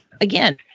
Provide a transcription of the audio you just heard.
again